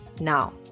Now